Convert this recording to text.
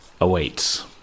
awaits